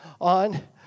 on